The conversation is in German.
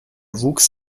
wuchs